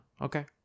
okay